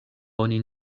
oni